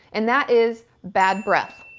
and that is bad breath.